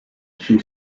she